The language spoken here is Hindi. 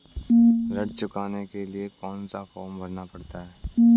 ऋण चुकाने के लिए कौन सा फॉर्म भरना पड़ता है?